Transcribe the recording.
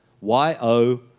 Y-O